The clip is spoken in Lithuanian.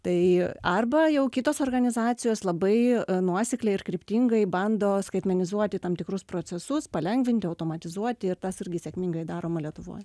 tai arba jau kitos organizacijos labai nuosekliai ir kryptingai bando skaitmenizuoti tam tikrus procesus palengvinti automatizuoti ir tas irgi sėkmingai daroma lietuvoj